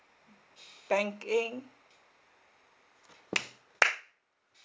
banking